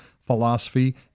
philosophy